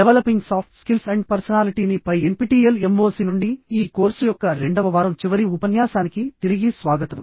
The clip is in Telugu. డెవలపింగ్ సాఫ్ట్ స్కిల్స్ అండ్ పర్సనాలిటీని పై ఎన్పిటిఇఎల్ ఎంఓఓసి నుండి ఈ కోర్సు యొక్క రెండవ వారం చివరి ఉపన్యాసానికి తిరిగి స్వాగతం